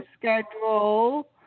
schedule